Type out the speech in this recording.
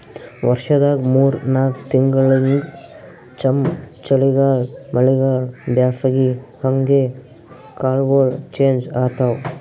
ವರ್ಷದಾಗ್ ಮೂರ್ ನಾಕ್ ತಿಂಗಳಿಂಗ್ ಒಮ್ಮ್ ಚಳಿಗಾಲ್ ಮಳಿಗಾಳ್ ಬ್ಯಾಸಗಿ ಹಂಗೆ ಕಾಲ್ಗೊಳ್ ಚೇಂಜ್ ಆತವ್